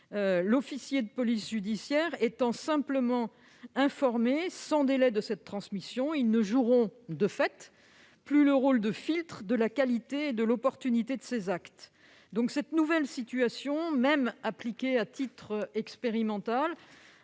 officiers de police judiciaire étant simplement informés sans délai de cette transmission, ils ne joueront plus le rôle de filtre de la qualité et de l'opportunité de ces actes. Cette nouvelle situation, même appliquée à titre expérimental,